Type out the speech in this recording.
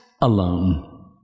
alone